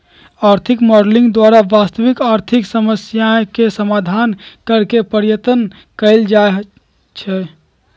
आर्थिक मॉडलिंग द्वारा वास्तविक आर्थिक समस्याके समाधान करेके पर्यतन कएल जाए छै